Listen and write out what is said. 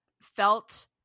felt